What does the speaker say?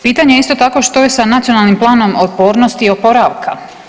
Pitanje isto tako što je sa Nacionalnim planom otpornosti i oporavka?